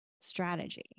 strategy